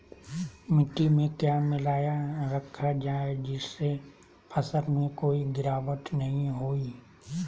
मिट्टी में क्या मिलाया रखा जाए जिससे फसल में कोई गिरावट नहीं होई?